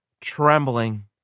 trembling